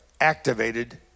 activated